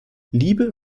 liebe